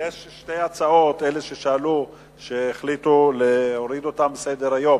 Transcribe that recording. יש שתי הצעות שהחליטו להוריד אותן מסדר-היום.